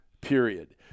period